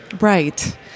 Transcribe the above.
Right